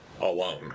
alone